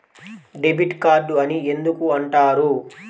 Debit card అని ఎందుకు అంటారు?